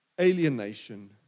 alienation